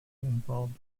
involved